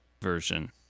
version